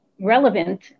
relevant